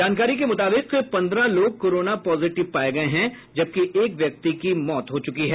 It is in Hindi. जानकारी के मुताबिक पंद्रह लोग कोरोना पॉजिटिव पाये गये हैं जबकि एक व्यक्ति की मौत हो चुकी है